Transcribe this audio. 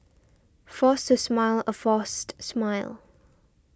force to smile a forced smile